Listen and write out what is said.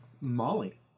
Molly